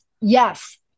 yes